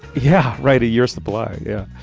yeah, right. a year supply. yeah.